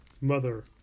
mother